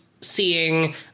seeing